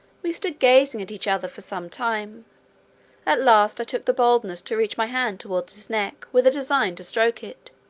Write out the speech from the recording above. we stood gazing at each other for some time at last i took the boldness to reach my hand towards his neck with a design to stroke it,